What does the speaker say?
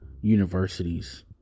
universities